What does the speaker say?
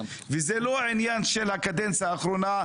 וזה לא עניין של הקדנציה האחרונה,